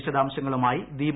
വിശദാംശങ്ങളുമായി ദീപ